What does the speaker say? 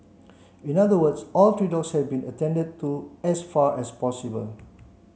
in other words all three dogs have been attended to as far as possible